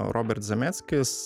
robert zemeckis